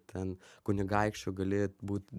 ten kunigaikščiu gali būt